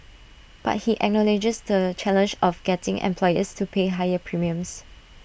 but he acknowledges the challenge of getting employers to pay higher premiums